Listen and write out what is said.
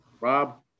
Rob